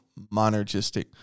monergistic